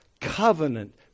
covenant